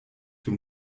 für